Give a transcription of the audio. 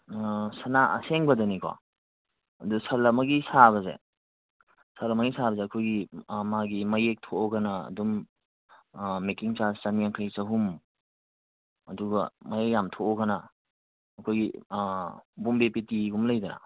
ꯁꯅꯥ ꯑꯁꯦꯡꯕꯗꯅꯤꯀꯣ ꯑꯗꯨ ꯁꯟ ꯑꯃꯒꯤ ꯁꯥꯕꯁꯦ ꯁꯟ ꯑꯃꯒꯤ ꯁꯥꯕꯁꯦ ꯑꯩꯈꯣꯏꯒꯤ ꯃꯥꯒꯤ ꯃꯌꯦꯛ ꯊꯣꯛꯑꯒꯅ ꯑꯗꯨꯝ ꯃꯦꯀꯤꯡ ꯆꯥꯔꯖ ꯆꯥꯅꯤꯌꯥꯡꯈꯩ ꯆꯍꯨꯝ ꯑꯗꯨꯒ ꯃꯌꯦꯛ ꯌꯥꯝ ꯊꯣꯛꯑꯒꯅ ꯑꯩꯈꯣꯏꯒꯤ ꯕꯣꯝꯕꯦ ꯄꯦꯇꯤꯒꯨꯝꯕ ꯂꯩꯗꯅ